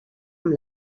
amb